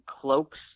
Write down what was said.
cloaks